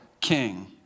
king